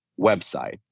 website